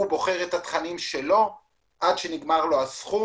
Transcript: הוא בוחר את התכנים שלו עד שנגמר לו הסכום